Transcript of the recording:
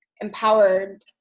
empowered